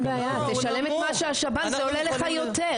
אין בעיה, תשלם את מה שהשב"ן, זה עולה לך יותר.